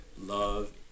Love